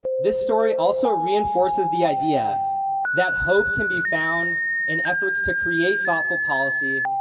this story also reinforces the idea that hope can be found in efforts to create thoughtful policy,